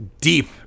deep